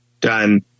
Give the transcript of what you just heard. done